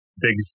big